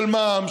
של מע"מ,